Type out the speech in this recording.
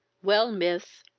well, miss,